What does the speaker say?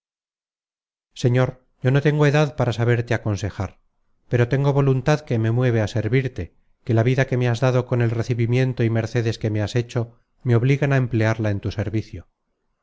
señor yo no tengo edad para saberte aconsejar pero tengo voluntad que me mueve á servirte que la vida que me has dado con el recibimiento y mercedes que me has hecho me obligan á emplearla en tu servicio